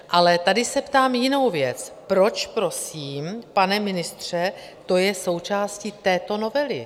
Ale tady se ptám na jinou věc: Proč, prosím, pane ministře, to je součástí této novely?